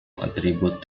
attributed